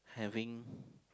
having